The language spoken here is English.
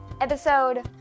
episode